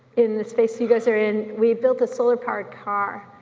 in the space you guys are in, we built a solar powered car,